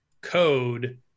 code